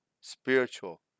spiritual